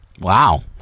Wow